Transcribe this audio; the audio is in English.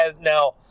now